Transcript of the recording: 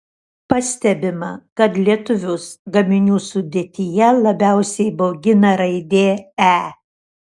pastebima kad lietuvius gaminių sudėtyje labiausiai baugina raidė e